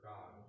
God